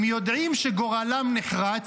הם יודעים שגורלם נחרץ,